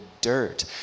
dirt